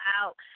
out